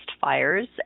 fires